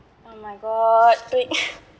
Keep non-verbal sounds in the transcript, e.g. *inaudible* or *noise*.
oh my god do it *breath*